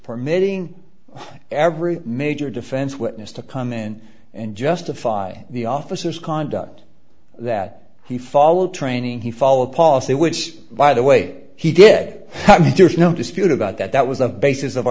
permitting every major defense witness to come in and justify the officers conduct that he followed training he followed policy which by the way he did there's no dispute about that that was of bases of